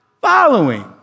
following